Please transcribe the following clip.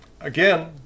Again